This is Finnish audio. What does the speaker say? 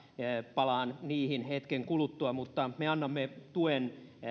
palaan niihin hetken kuluttua mutta me annamme tuen